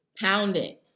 Pounding